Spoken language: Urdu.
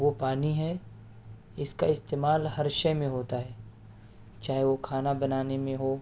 وہ پانی ہے جس کا استعمال ہر شئے میں ہوتا ہے چاہے وہ کھانا بنانے میں ہو